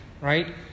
right